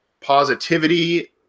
positivity